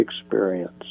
experience